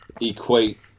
equate